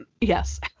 yes